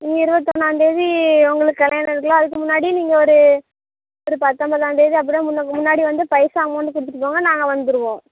நீங்கள் இருபத்தொன்னாந்தேதி உங்களுக்கு கல்யாணம் இருக்குல்ல அதுக்கு முன்னாடி நீங்கள் ஒரு ஒரு பத்தொம்போதாம்தேதி அப்படி முன்னே முன்னாடி வந்து பைசா அமௌண்டு கொடுத்துட்டு போங்கள் நாங்கள் வந்துருவோம்